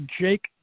Jake